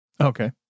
okay